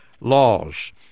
laws